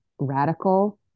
radical